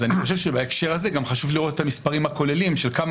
אני חושב שבהקשר הזה גם חשוב לראות את המספרים הכוללים של כמה